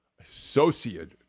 Associate